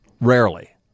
Rarely